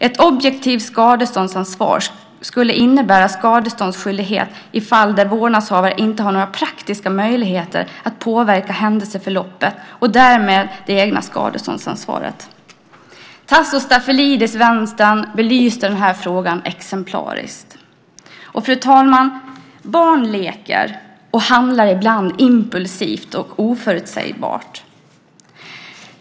Ett objektivt skadeståndsansvar skulle innebära skadeståndsskyldighet i fall där vårdnadshavare inte har några praktiska möjligheter att påverka händelseförloppet och därmed det egna skadeståndsansvaret. Tasso Stafilidis från Vänsterpartiet belyste den här frågan exemplariskt. Fru talman! Barn leker och handlar ibland impulsivt och oförutsägbart.